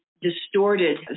distorted